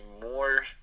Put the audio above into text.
more